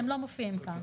הם לא מופיעים כאן?